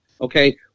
Okay